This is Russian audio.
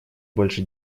больше